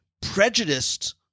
prejudiced